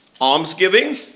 Almsgiving